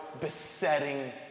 besetting